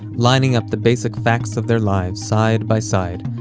lining up the basic facts of their lives side by side,